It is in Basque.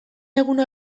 eguna